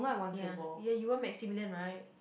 ya you you want Maximillian right